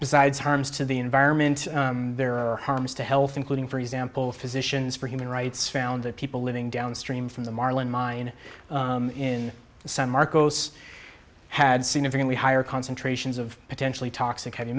besides harms to the environment there are harms to health including for example physicians for human rights found that people living downstream from the marlin mine in san marcos had significantly higher concentrations of potentially toxic heavy